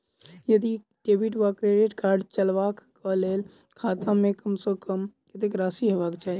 यदि डेबिट वा credit card चलबाक कऽ लेल खाता मे कम सऽ कम कत्तेक राशि हेबाक चाहि?